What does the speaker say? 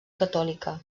catòlica